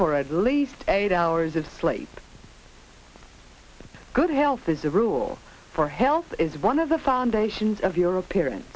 for at least eight hours of sleep good health as a rule for health is one of the foundations of your appearance